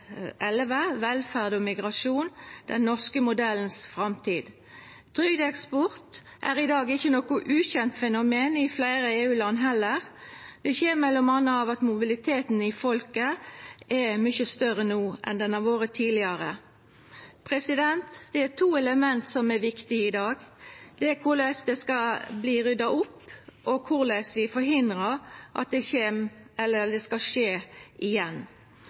Velferd og migrasjon, den norske modellens framtid. Trygdeeksport er i dag ikkje noko ukjent fenomen i fleire EU-land heller. Det kjem m.a. av at mobiliteten i folket er mykje større no enn tidlegare. Det er to element som er viktige i dag, korleis det skal verta rydda opp, og korleis vi hindrar at det skal skje igjen.